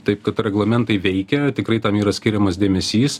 taip kad reglamentai veikia tikrai tam yra skiriamas dėmesys